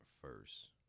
first